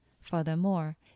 Furthermore